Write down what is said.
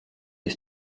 des